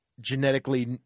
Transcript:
genetically